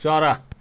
चरा